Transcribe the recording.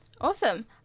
Awesome